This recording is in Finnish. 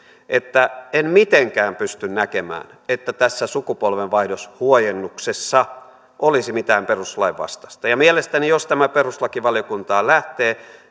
että en mitenkään pysty näkemään että tässä sukupolvenvaihdoshuojennuksessa olisi mitään perustuslain vastaista ja mielestäni jos tämä perustuslakivaliokuntaan lähtee